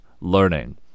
learning